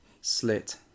Slit